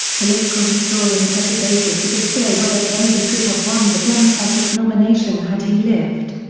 political historians have debated to this day whether kennedy could have won the democratic nomination had he lived.